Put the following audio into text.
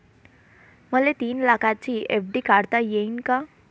मले तीन लाखाची एफ.डी काढता येईन का?